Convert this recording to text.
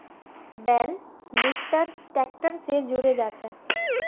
बेल lifter tractor स जुड़े जाछेक